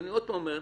אני עוד פעם אומר,